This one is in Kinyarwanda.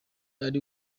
ari